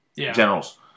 Generals